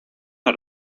nad